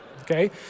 okay